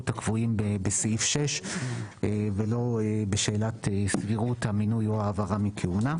הקבועים בסעיף 6 ולא בשאלת סבירות המינוי או העברה מכהונה.